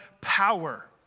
power